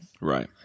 Right